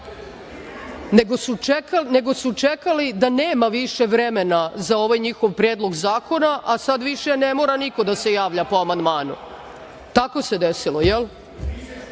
nego su čekali da nema više vremena za ovaj njihov Predlog zakona, a sada više ne mora niko da se javlja po amandmanu. To se zove